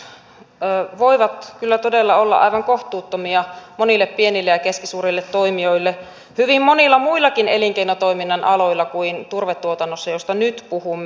nämä lupamaksut voivat kyllä todella olla aivan kohtuuttomia monille pienille ja keskisuurille toimijoille hyvin monilla muillakin elinkeinotoiminnan aloilla kuin turvetuotannossa josta nyt puhumme